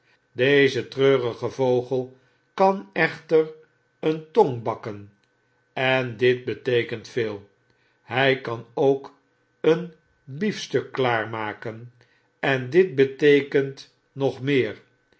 deze treurige vogel kan echter een tong bakken en dit beteekentveel hy kanookeen biefstuk klaarmaken en dit beteekent nog meer